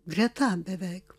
greta beveik